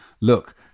look